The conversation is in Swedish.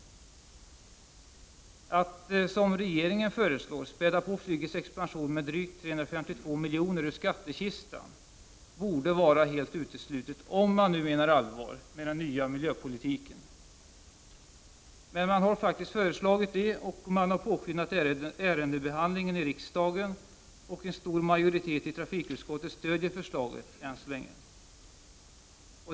Att, som regeringen föreslår, späda på flygets expansion med drygt 352 miljoner ur skattekistan, borde vara helt uteslutet om man nu menar allvar med ”den nya miljöpolitiken”. Men man har faktiskt föreslagit det och på skyndat ärendebehandlingen i riksdagen, och en stor majoritet i trafikutskottet stödjer förslaget än så länge.